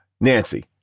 Nancy